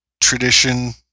tradition